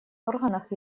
органах